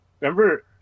remember